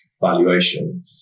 valuation